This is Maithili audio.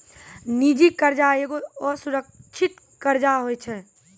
निजी कर्जा एगो असुरक्षित कर्जा होय छै